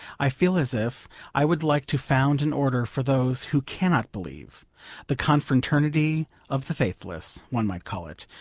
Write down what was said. i feel as if i would like to found an order for those who cannot believe the confraternity of the faithless, one might call it,